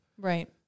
Right